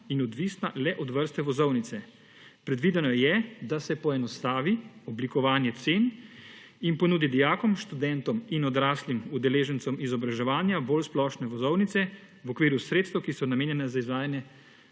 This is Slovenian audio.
in odvisna le od vrste vozovnice. Predvideno je, da se poenostavi oblikovanje cen in ponudi dijakom, študentom in odrastlim udeležencem izobraževanja bolj splošne vozovnice v okviru sredstev, ki so namenjena za izvajanje